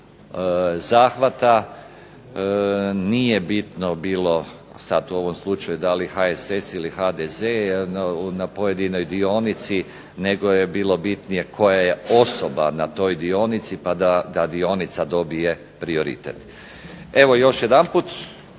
zahvata. Nije bitno bilo sad u ovom slučaju da li HSS ili HDZ na pojedinoj dionici nego je bilo bitnije koja je osoba na toj dionici pa da dionica dobije prioritet. Evo još jedanput